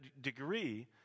degree